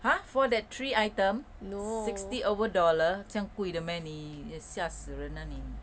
!huh! for that three item sixty over dollars 这样贵的 meh 你吓死人 ah 你